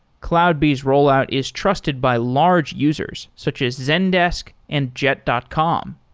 cloudbees rollout is trusted by large users, such as zendesk and jet dot com.